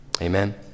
Amen